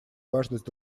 важность